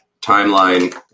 timeline